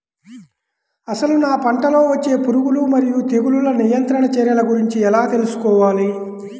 అసలు నా పంటలో వచ్చే పురుగులు మరియు తెగులుల నియంత్రణ చర్యల గురించి ఎలా తెలుసుకోవాలి?